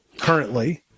currently